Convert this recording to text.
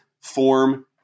form